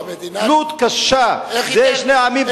תלות קשה, זה שני עמים ביחד.